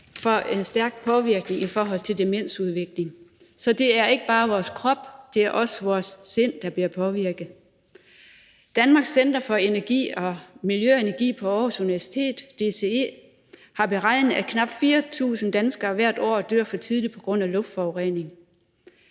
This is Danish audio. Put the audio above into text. for en stærk påvirkning i forhold til demensudvikling. Så det er ikke bare vores krop, det er også vores sind, der bliver påvirket. Danmarks Center for Miljø og Energi på Aarhus universitet, DCE, har beregnet, at knap 4.000 danskere hvert år dør for tidligt på grund af luftforurening,